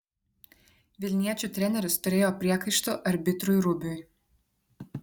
vilniečių treneris turėjo priekaištų arbitrui rubiui